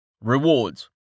Rewards